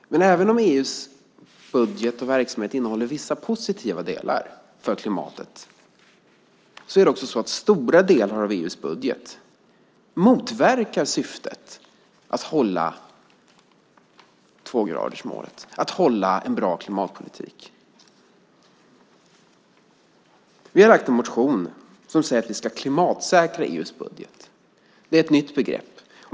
Men även om EU:s budget och verksamhet innehåller vissa positiva delar för klimatet motverkar stora delar av EU:s budget syftet att hålla tvågradersmålet och en bra klimatpolitik. Vi har väckt en motion som säger att vi ska klimatsäkra EU:s budget. Det är ett nytt begrepp.